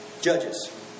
Judges